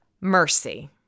mercy